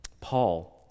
Paul